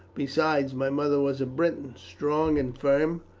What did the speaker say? besides, my mother was a briton, strong and firm,